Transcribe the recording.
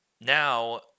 now